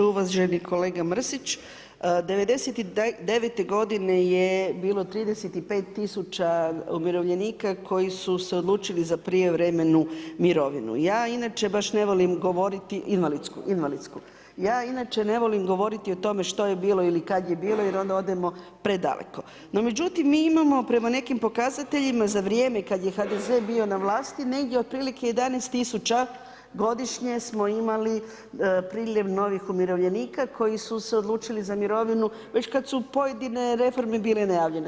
Uvaženi kolega Mrsić, '99. godine je bilo 35 tisuća umirovljenika koji su se odlučili za prijevremenu mirovinu, ja inače baš ne volim govoriti invalidsku, invalidsku, ja inače ne volim govoriti o tome što je bilo ili kad je bilo, jer onda odemo predaleko, no međutim mi imamo prema nekim pokazateljima, za vrijeme kad je HDZ bio na vlasti, negdje otprilike 11000 godišnje smo imali priljev novih umirovljenika koji su se odlučili za mirovinu već kad su pojedine reforme bile najavljene.